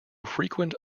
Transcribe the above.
frequent